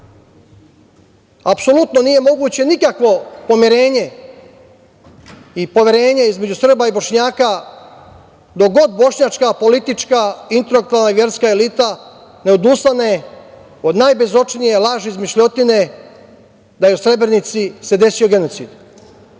apsolutno nije moguće nikakvo pomirenje i poverenje između Srba i Bošnjaka dok god bošnjačka politička intelektualna i verska elita ne odustane od najbezočnije laži i izmišljotine da se u Srebrenici desio genocid.U